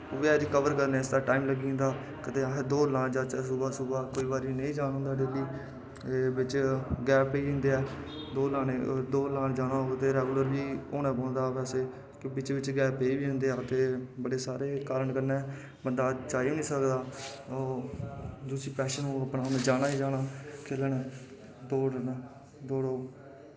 ओह् रिकवर करने आस्तै टैम लग्गी जंदा कदैं अस दौड़ लान जाचै सुवह सुवह कदैं असें नेईं जाह्न होंदा बिच्च गैप पेई जंदा दौड़ लाह्न जाना होऐ ते रैगुलर बी होना पौंदा बैसे बिच्च बिच्च गैप पेई बी जंदे न बड़े सारे कारण कन्नै कोई जाई नेईं सकदा जिसदा पैशन होग उस जाना गै जाना खेलन दौड़न